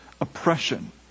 oppression